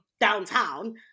downtown